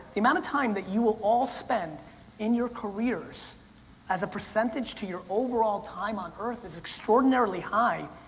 the amount of time that you will all spend in your careers as a percentage to your overall time on earth is extraordinarily high.